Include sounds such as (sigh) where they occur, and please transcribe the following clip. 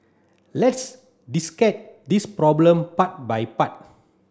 let's (unintelligible) this problem part by part